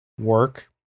work